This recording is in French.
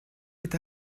est